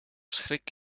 schrik